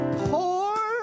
poor